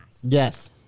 Yes